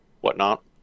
whatnot